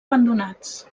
abandonats